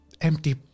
Empty